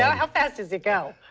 yeah how fast does it go?